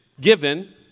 given